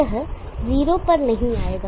यह जीरो पर नहीं आएगा